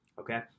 Okay